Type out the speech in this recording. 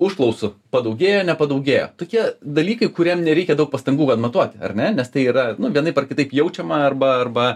užklausų padaugėjo nepadaugėjo tokie dalykai kuriem nereikia daug pastangų kad matuoti ar ne nes tai yra vienaip ar kitaip jaučiama arba arba